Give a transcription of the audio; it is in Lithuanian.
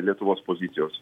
lietuvos pozicijos